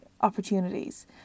opportunities